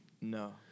No